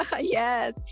yes